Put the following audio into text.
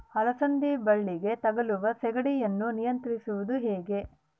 ಅಲಸಂದಿ ಬಳ್ಳಿಗೆ ತಗುಲುವ ಸೇಗಡಿ ಯನ್ನು ನಿಯಂತ್ರಿಸುವುದು ಹೇಗೆ?